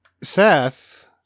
Seth